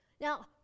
Now